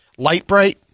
Lightbright